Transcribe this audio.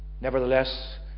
nevertheless